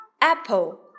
Apple